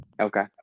Okay